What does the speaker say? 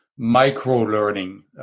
micro-learning